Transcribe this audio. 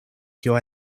kio